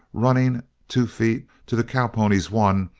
running two feet to the cowpony's one,